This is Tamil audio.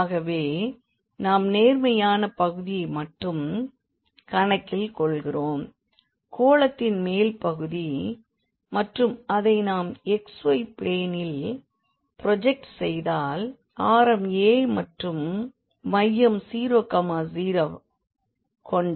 ஆகவே நாம் நேர்மறையான பகுதியை மட்டும் கணக்கில் கொள்கிறோம் கோளத்தின் மேல் பகுதி மற்றும் அதை நாம் xy பிளேனில் ப்ரோஜெக்ட் செய்தால் ஆரம் a மற்றும் மையம் 0 0 கொண்ட ஒரு வட்டம் நமக்கு கிடைக்கும்